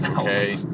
Okay